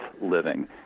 living